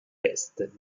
est